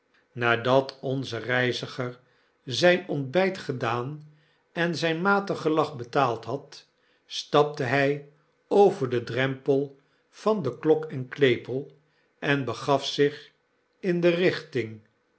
nadat onze reiziger zp ontbp gedaan en zp matig gelag betaald had stapte hy over den drempel van de klok en klepel en begaf zich in de richting